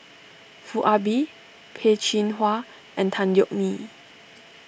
Foo Ah Bee Peh Chin Hua and Tan Yeok Nee